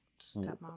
stepmom